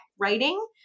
writing